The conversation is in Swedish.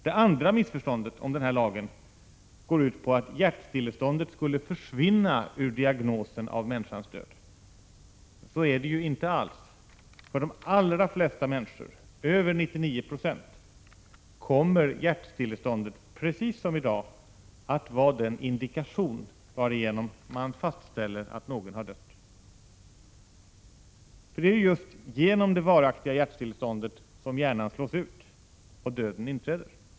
Det andra missförståndet om den här lagen går ut på att hjärtstilleståndet skulle försvinna ur diagnosen av människans död. Men så är det ju inte alls. För de allra flesta människor — över 99 90 — kommer hjärtstilleståndet precis som i dag att vara den indikation varigenom man fastställer att någon har dött. För det är ju just genom det varaktiga hjärtstilleståndet som hjärnan slås ut och döden inträder.